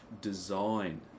design